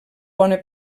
bona